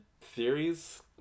theories